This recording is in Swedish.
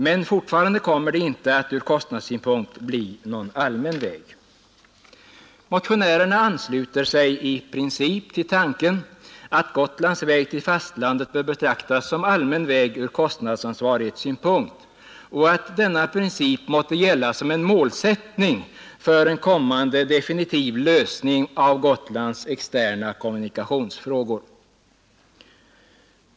Men fortfarande kommer det inte att ur kostnadssynpunkt bli någon allmän väg. Motionärerna ansluter sig i princip till tanken att Gotlands väg till fastlandet bör betraktas som allmän väg ur kostnadsansvarighetssynpunkt och att denna princip måtte gälla som en målsättning för en kommande definitiv lösning av Gotlands externa kommunikationsfrågor.